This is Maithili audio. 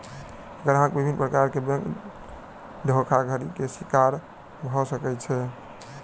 ग्राहक विभिन्न प्रकार के बैंक धोखाधड़ी के शिकार भअ सकै छै